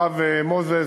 הרב מוזס,